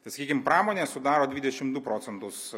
tai sakykim pramonė sudaro dvidešimt du procentus